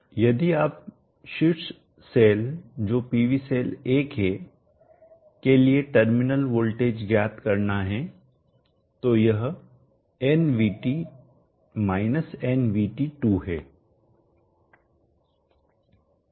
यदि आपको शीर्ष सेलजो PV सेल 1 है के लिए टर्मिनल वोल्टेज ज्ञात करना है तो यह nVt nVt2 है